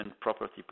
property